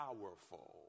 powerful